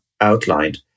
outlined